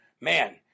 man